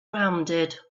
rounded